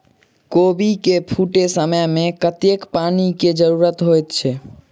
कोबी केँ फूटे समय मे कतेक पानि केँ जरूरत होइ छै?